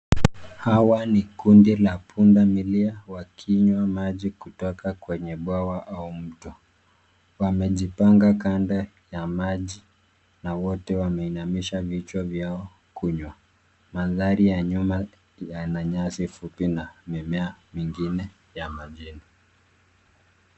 Hawa ni kundi la pundamilia wakinywa maji kutoka kwenye bwawa au mto. Wamejipanga kando ya maji na wote wameinamisha vichwa vyao kunywa. Mandhari ya nyuma yana nyasi fupi na mimea mingine ya majini.